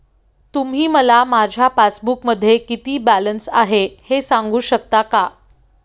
तुम्ही मला माझ्या पासबूकमध्ये किती बॅलन्स आहे हे सांगू शकता का?